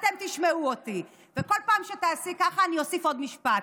אתם תשמעו אותי וכל פעם שתעשי ככה אני אוסיף עוד משפט,